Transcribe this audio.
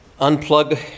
unplug